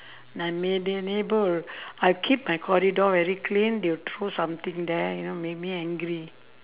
my neigh~ neigh~ neighbour I keep my corridor very clean they will throw something there you know make me angry